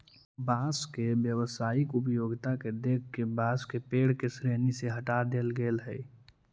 बाँस के व्यावसायिक उपयोगिता के देख के बाँस के पेड़ के श्रेणी से हँटा देले गेल हइ